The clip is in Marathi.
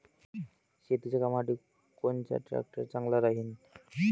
शेतीच्या कामासाठी कोनचा ट्रॅक्टर चांगला राहीन?